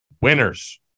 Winners